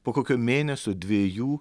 po kokio mėnesio dviejų